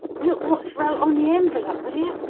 look wot's wrote on the envellup, will yer?